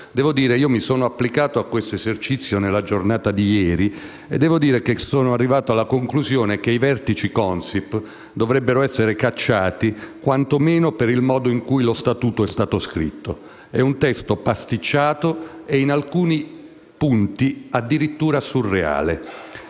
dello statuto. Io mi sono applicato a questo esercizio nella giornata di ieri e devo dire che sono arrivato alla conclusione che i vertici Consip dovrebbero essere cacciati quantomeno per il modo in cui lo statuto è stato scritto: è un testo pasticciato e in alcuni punti addirittura surreale.